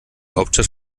hauptstadt